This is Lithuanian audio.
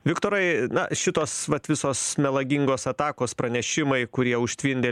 viktorai na šitos vat visos melagingos atakos pranešimai kurie užtvindė